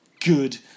good